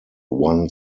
one